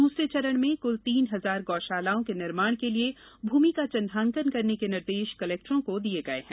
दुसरे चरण में कुल तीन हजार गौशालाओं के निर्माण के लिए भूमि का चिन्हांकन करने के निर्देश कलेक्टरों को दिए गए हैं